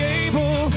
able